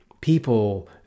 people